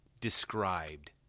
described